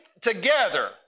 together